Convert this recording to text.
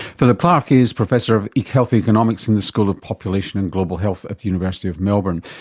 philip clarke is professor of like health economics in the school of population and global health at the university of melbourne.